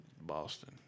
Boston